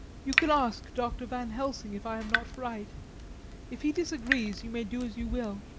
you can ask dr. van helsing if i am not right if he disagrees you may do as you will.